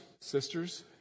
sisters